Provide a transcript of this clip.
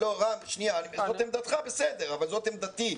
זאת עמדתך, בסדר, אבל זאת עמדתי.